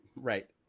Right